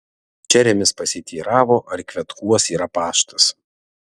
čeremis pasiteiravo ar kvetkuos yra paštas